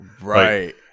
Right